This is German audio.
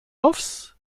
offs